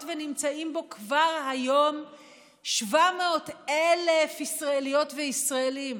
ונמצאים בו כבר היום 700,000 ישראליות וישראלים